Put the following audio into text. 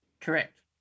correct